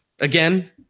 Again